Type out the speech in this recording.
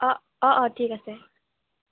অঁ অঁ অঁ ঠিক আছে